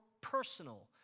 personal